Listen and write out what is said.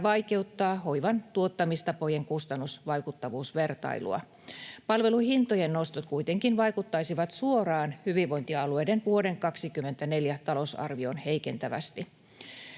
vaikeuttaa hoivan tuottamistapojen kustannusvaikuttavuusvertailua. Palveluhintojen nostot kuitenkin vaikuttaisivat suoraan hyvinvointialueiden vuoden 24 talousarvioon heikentävästi.